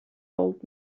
old